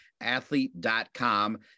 athlete.com